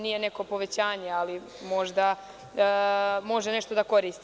Nije neko povećanje, ali možda može nešto da koristi.